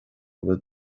bhfuil